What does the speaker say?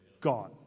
Gone